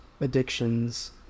addictions